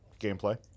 gameplay